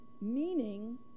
meaning